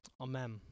Amen